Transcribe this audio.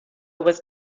was